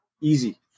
easy